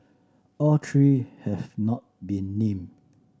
all three have not been named